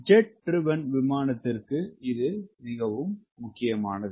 jet driven விமானத்திற்கு இது முக்கியமானது